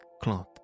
cloth